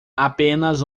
apenas